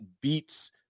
beats